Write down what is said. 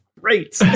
great